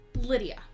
Lydia